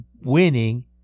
winning